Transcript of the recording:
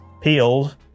peeled